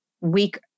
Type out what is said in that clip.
week